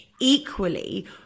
equally